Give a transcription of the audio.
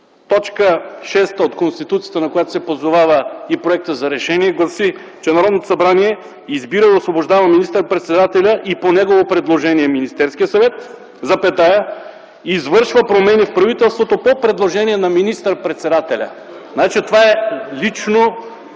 т. 6 от Конституцията, на която се позовава и Проекта за решение, гласи, че Народното събрание избира и освобождава министър-председателят и по негово предложение - Министерския съвет, извършва промени в правителството по предложение на министър-председателя. Това е лично и